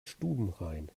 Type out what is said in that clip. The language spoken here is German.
stubenrein